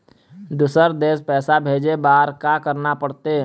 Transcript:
दुसर देश पैसा भेजे बार का करना पड़ते?